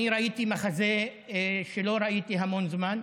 ראיתי מחזה שלא ראיתי הרבה זמן,